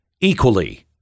equally